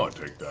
ah take that.